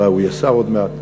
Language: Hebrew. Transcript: אולי הוא יהיה שר עוד מעט.